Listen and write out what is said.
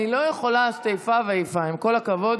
אני לא יכולה לעשות איפה ואיפה, עם כל הכבוד.